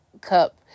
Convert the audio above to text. Cup